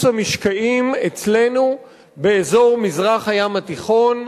המשקעים אצלנו באזור מזרח הים התיכון,